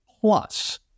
plus